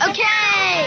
Okay